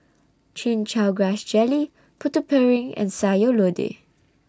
Chin Chow Grass Jelly Putu Piring and Sayur Lodeh